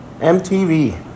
MTV